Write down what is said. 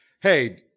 Hey